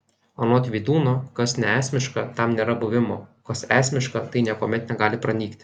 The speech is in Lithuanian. anot vydūno kas neesmiška tam nėra buvimo o kas esmiška tai niekuomet negali pranykti